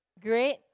great